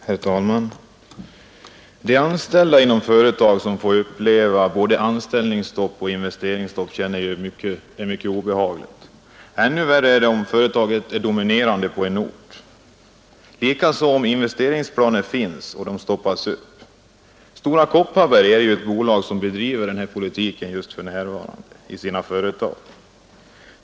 Herr talman! De anställda inom företag som får uppleva både anställningsstopp och investeringsstopp känner detta som mycket obehagligt. Ännu värre är det om företaget är dominerande på en ort, likaså om investeringsplaner finns och stoppas. Stora Kopparberg är ju ett bolag som bedriver den här politiken för närvarande i sina företag.